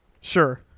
Sure